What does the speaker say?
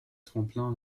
tremplin